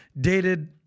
dated